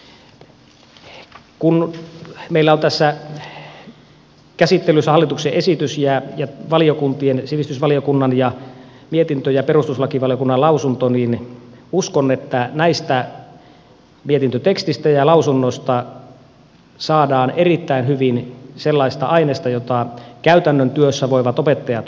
kun meillä on tässä käsittelyssä hallituksen esitys sivistysvaliokunnan mietintö ja perustuslakivaliokunnan lausunto niin uskon että näistä mietintötekstistä ja lausunnosta saadaan erittäin hyvin sellaista ainesta jota käytännön työssä voivat opettajat hyödyntää